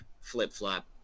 flip-flop